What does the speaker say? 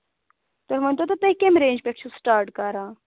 تُہۍ ؤنۍ تَو تُہۍ کَمہِ رینٛج پٮ۪ٹھ چھُو سِٹاٹ کَران